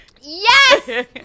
Yes